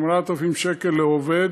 8,000 שקל לעובד,